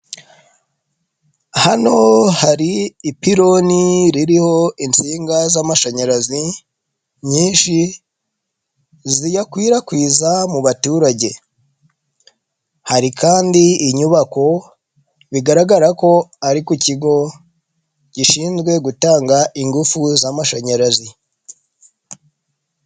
Hano hari ipironi ririho insinga z'amashanyarazi, nyinshi ziyakwirakwiza mu baturage, hari kandi inyubako bigaragara ko ari ku kigo gishinzwe gutanga ingufu z'amashanyarazi.